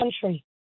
country